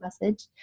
message